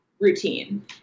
routine